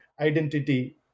identity